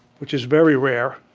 which is very rare.